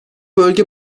bölge